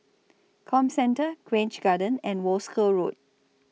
Comcentre Grange Garden and Wolskel Road